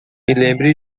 lembre